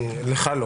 לך לא.